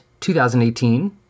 2018